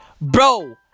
Bro